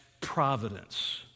providence